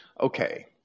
Okay